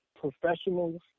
professionals